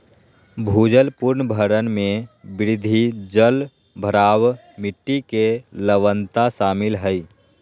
भूजल पुनर्भरण में वृद्धि, जलभराव, मिट्टी के लवणता शामिल हइ